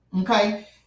Okay